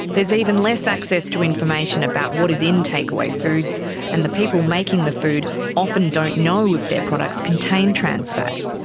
there's even less access to information about what is in takeaway foods and the people making the food often don't know if their products contain trans fats.